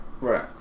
Right